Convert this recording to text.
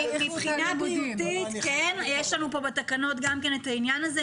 מבחינה בריאותית יש לנו כאן בתקנות את העניין הזה,